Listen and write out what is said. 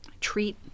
treat